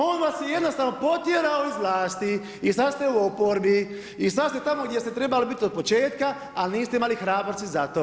On vas je jednostavno potjerao iz vlasti i sad ste u oporbi i sad ste tamo gdje ste trebali bit od početka, ali niste imali hrabrosti za to.